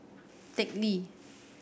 Teck Lee